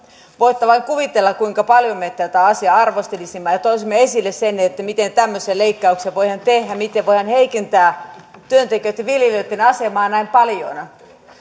voitte vain kuvitella kuinka paljon me tätä asiaa arvostelisimme ja ja toisimme esille sen miten tämmöisiä leikkauksia voidaan tehdä miten voidaan heikentää työntekijöitten viljelijöitten asemaa näin paljon